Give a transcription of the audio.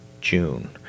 June